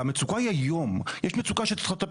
היום אולי קצת.